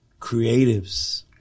Creatives